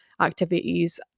activities